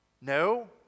No